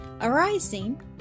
Arising